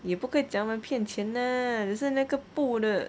也不可以讲他们骗钱 lah 只是那个布的